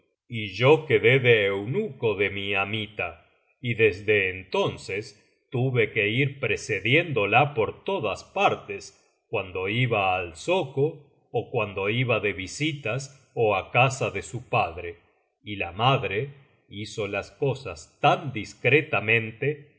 y yo quedé de eunuco de mi amita y desde entonces tuve que ir precediéndola por todas partes cuando iba al zoco ó cuando iba de visitas ó á casa de su padre y la madre hizo las cosas tan discretamente